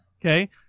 Okay